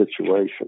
situation